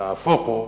ונהפוך הוא.